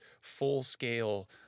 full-scale